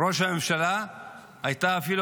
ראש הממשלה הייתה אפילו,